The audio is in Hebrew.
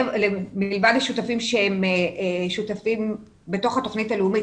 מלבד המשרדים ששותפים לתוכנית הלאומית,